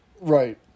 right